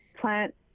plant